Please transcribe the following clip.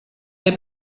der